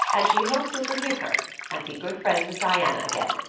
and she hopes you'll forgive her and be good friends with diana again.